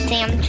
Sam